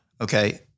Okay